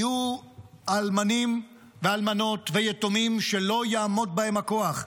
יהיו אלמנים ואלמנות ויתומים שלא יעמוד להם הכוח,